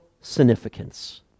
significance